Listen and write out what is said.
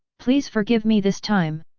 please forgive me this time!